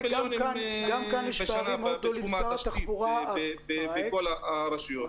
מיליונים בשנה בתחום התשתית בכל הרשויות.